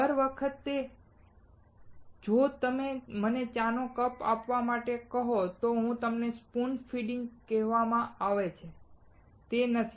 દર વખતે જો તમે મને ચાનો કપ આપવા માટે કહો તો તેને સ્પૂન ફીડિંગ કહેવામાં આવે છે તે નથી